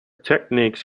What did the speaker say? techniques